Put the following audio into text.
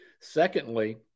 Secondly